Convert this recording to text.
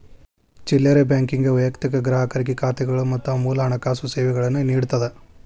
ಚಿಲ್ಲರೆ ಬ್ಯಾಂಕಿಂಗ್ ವೈಯಕ್ತಿಕ ಗ್ರಾಹಕರಿಗೆ ಖಾತೆಗಳು ಮತ್ತ ಮೂಲ ಹಣಕಾಸು ಸೇವೆಗಳನ್ನ ನೇಡತ್ತದ